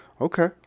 Okay